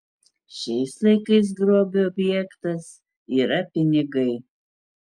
šiais laikais grobio objektas yra pinigai